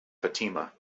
fatima